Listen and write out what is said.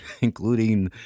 including